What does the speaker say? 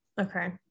okay